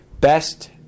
best